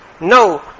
No